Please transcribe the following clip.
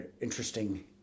interesting